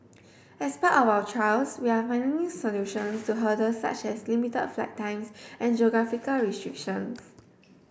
as part of our trials we are finding solutions to hurdles such as limit flight times and geographical restrictions